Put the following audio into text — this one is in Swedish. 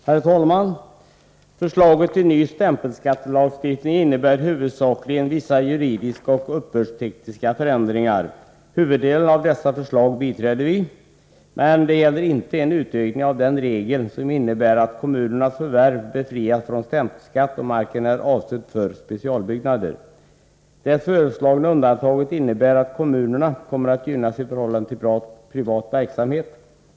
Herr talman! Förslaget till ny stämpelskattelagstiftning innebär huvudsakligen vissa juridiska och uppbördstekniska förändringar. Huvuddelen av dessa förslag biträder vi. Men detta gäller inte en utökning av den regel som innebär att kommunernas förvärv befrias från stämpelskatt om marken är avsedd för specialbyggnader. Det föreslagna undantaget innebär att kommunerna kommer att gynnas i förhållande till privat verksamhet.